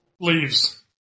Leaves